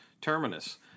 Terminus